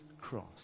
cross